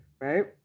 right